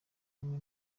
hamwe